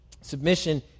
Submission